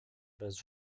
bez